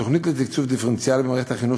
התוכנית לתקצוב דיפרנציאלי במערכת החינוך,